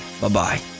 Bye-bye